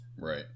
Right